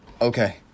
okay